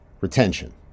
retention